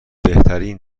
بهترین